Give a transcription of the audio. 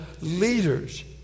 leaders